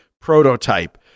prototype